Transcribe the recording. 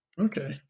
Okay